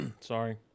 sorry